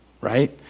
right